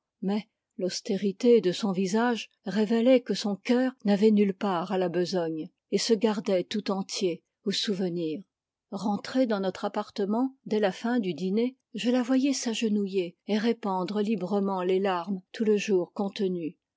l'austérité de son visage révélait que son cœur n'avait nulle part à la i besogne et se gardait tout entier au souvenir rentrés dans notre appartement dès la fin du dîner je la voyais s'agenouiller et répandre librement les larmes tout le jour contenues